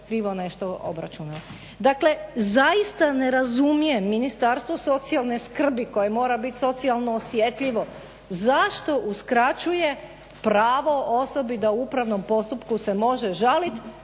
krivo nešto obračunala. Dakle, zaista ne razumijem Ministarstvo socijalne skrbi koje mora biti socijalno osjetljivo zašto uskraćuje pravo osobi da u upravnom postupku se može žaliti